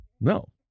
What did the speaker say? No